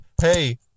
Hey